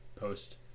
post